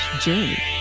journey